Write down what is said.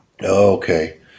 Okay